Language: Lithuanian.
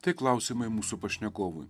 tai klausimai mūsų pašnekovui